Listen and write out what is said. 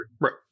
Right